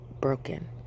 broken